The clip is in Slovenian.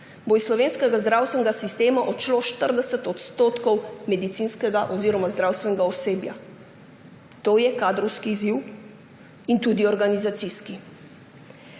iz slovenskega zdravstvenega sistema odšlo 40 % medicinskega oziroma zdravstvenega osebja. To je kadrovski izziv, in tudi organizacijski.